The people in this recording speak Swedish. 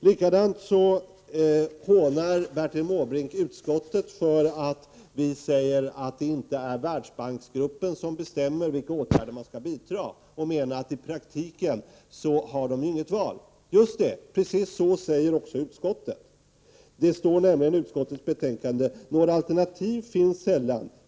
Likaledes hånar Bertil Måbrink utskottet för att vi säger att det inte är Världsbanksgruppen som bestämmer med vilka åtgärder man skall bidra. Han menar att länderna i praktiken inte har något val. Just det — precis så säger också utskottet. Det står nämligen i utskottets betänkande: ”Några alternativ finns sällan.